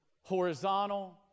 horizontal